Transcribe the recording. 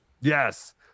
Yes